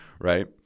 right